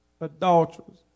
adulterers